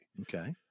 Okay